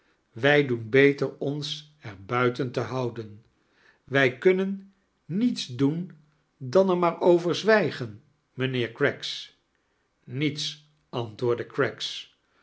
wij doen beter ons er buiten te houden wij kunnen niets doen dan eir maar over zwijgen mijnheer oraggs niets antwoordde oraggs